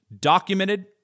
documented